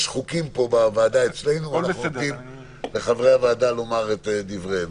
יש חוקים בוועדה אצלנו ואנחנו ניתן לחברי הוועדה לומר את דבריהם.